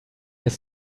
his